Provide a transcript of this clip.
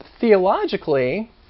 theologically